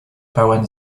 pełen